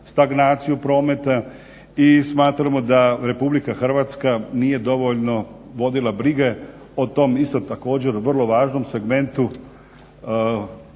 stagnaciju prometa i smatramo da RH nije dovoljno vodila brige o tom isto također vrlo važnom segmentu